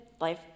Life